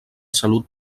salut